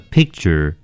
Picture